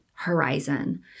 horizon